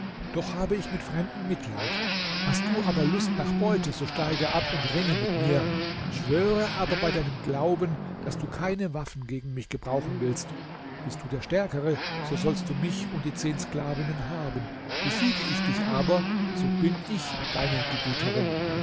doch habe ich mit fremden mitleid hast du aber lust nach beute so steige ab und ringe mit mir schwöre aber bei deinem glauben daß du keine waffen gegen mich gebrauchen willst bist du der stärkere so sollst du mich und die zehn sklavinnen haben besiege ich dich aber so bin ich deine